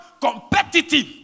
competitive